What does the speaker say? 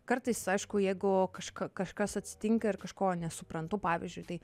kartais aišku jeigu kažk kažkas atsitinka ir kažko nesuprantu pavyzdžiui tai